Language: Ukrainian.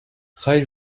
хай